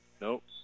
Nope